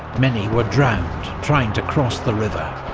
many were drowned trying to cross the river,